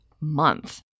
month